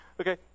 Okay